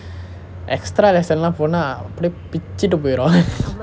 extra lesson இல்லே போனா அப்படி பிச்சிட்டு போயிருவாங்க:illae ponaa appadi pichittu poyriuvaanga